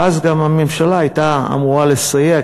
ואז גם הממשלה הייתה אמורה לסייע,